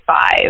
five